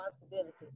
responsibility